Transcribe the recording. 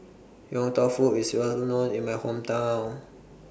Yong Tau Foo IS Well known in My Hometown